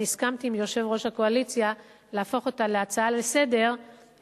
אני הסכמתי עם יושב-ראש הקואליציה להפוך אותה להצעה לסדר-היום,